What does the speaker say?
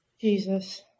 Jesus